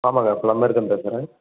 ஆமாங்க ப்ளம்பர் தான் பேசுகிறேன்